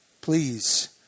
Please